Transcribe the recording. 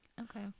Okay